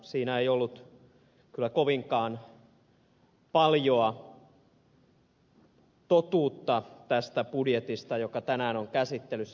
siinä ei ollut kovinkaan paljoa totuutta tästä budjetista joka tänään on käsittelyssä